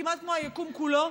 כמעט כמו היקום כולו,